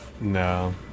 No